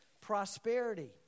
prosperity